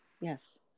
Yes